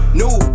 new